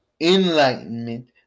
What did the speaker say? enlightenment